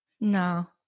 No